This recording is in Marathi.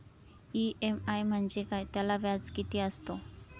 इ.एम.आय म्हणजे काय? त्याला व्याज किती असतो?